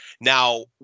Now